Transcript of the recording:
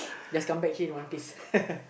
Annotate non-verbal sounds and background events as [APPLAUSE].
just come back here in one piece [LAUGHS]